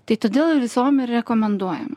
tai todėl visom ir rekomenduojama